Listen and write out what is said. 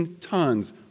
tons